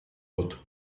wird